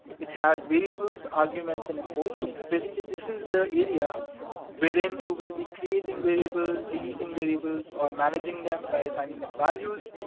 it has variables, arguments and imports. so basically, this is the area wherein you will be creating variables, deleting variables, or managing them by assigning them values.